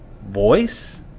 voice